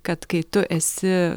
kad kai tu esi